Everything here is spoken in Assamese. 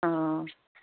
অঁ